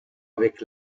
avec